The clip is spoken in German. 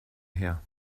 her